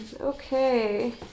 Okay